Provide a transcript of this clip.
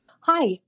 Hi